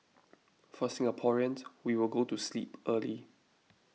for Singaporeans we will go to sleep early